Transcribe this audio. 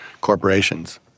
corporations